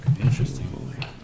Interesting